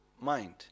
mind